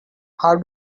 how